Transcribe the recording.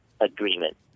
agreement